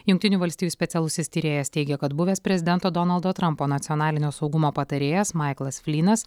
jungtinių valstijų specialusis tyrėjas teigia kad buvęs prezidento donaldo trampo nacionalinio saugumo patarėjas maiklas flynas